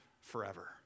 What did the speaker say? forever